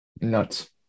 Nuts